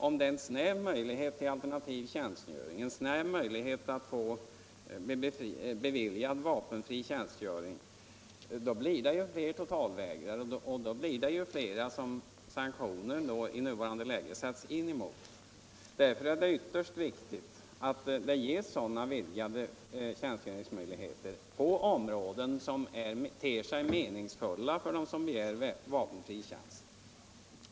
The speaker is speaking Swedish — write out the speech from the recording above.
Om möjlighet till alternativ tjänstgöring, möjligheten att bli beviljad vapenfri tjänstgöring, är begränsad blir det fler totalvägrare som sanktioner sätts in mot. Därför är det ytterst viktigt att det ges vidgade tjänstgöringsmöjligheter på områden som ter sig meningsfulla för dem som begär vapenfri tjänst.